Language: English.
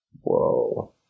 Whoa